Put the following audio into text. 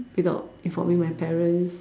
without informing my parents